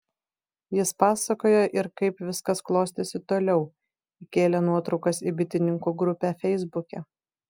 jis pasakoja ir kaip viskas klostėsi toliau įkėlė nuotraukas į bitininkų grupę feisbuke